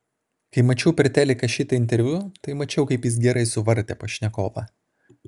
kai mačiau per teliką šitą interviu tai mačiau kaip jis gerai suvartė pašnekovą